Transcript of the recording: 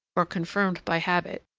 or confirmed by habit,